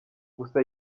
gusa